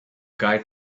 guy